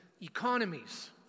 economies